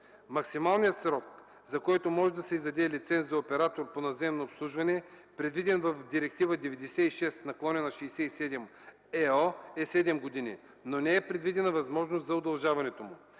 Максималният срок, за който може да се издаде лиценз за оператор по наземно обслужване, предвиден в Директива 96/67/ЕО е 7 години, но не е предвидена възможност за удължаването му.